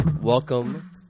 welcome